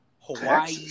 Hawaii